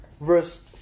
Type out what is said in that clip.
verse